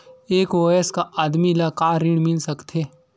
एक वयस्क आदमी ल का ऋण मिल सकथे?